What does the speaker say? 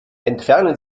entfernen